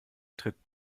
tritt